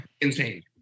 insane